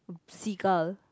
seagull